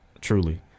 Truly